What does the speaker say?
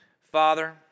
Father